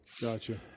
Gotcha